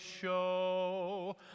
show